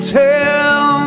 tell